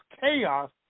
chaos